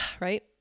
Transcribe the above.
Right